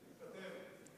תתפטר.